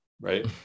right